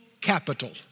capital